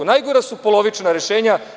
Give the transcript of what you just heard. Najgora su polovična rešenja.